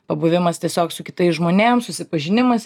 pabuvimas tiesiog su kitais žmonėm susipažinimas